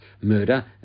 murder